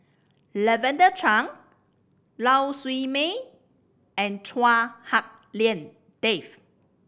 Lavender Chang Lau Siew Mei and Chua Hak Lien Dave